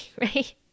right